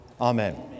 Amen